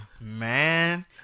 Man